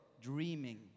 dreaming